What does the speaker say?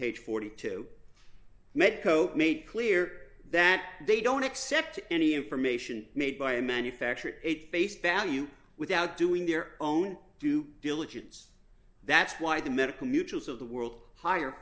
page forty two made co made clear that they don't accept any information made by a manufacturer eight based value without doing their own due diligence that's why the medical mutuals of the world hi